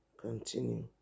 continue